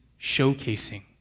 showcasing